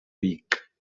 vic